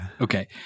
Okay